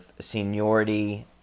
seniority